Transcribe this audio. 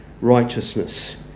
righteousness